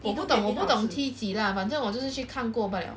我不懂我不懂 T 几 lah 反正我就是去看过罢 liao